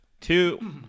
Two